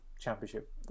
championship